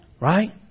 Right